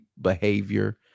behavior